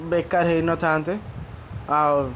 ବେକାର ହେଇ ନଥାନ୍ତେ ଆଉ